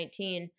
2019